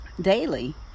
daily